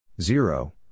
Zero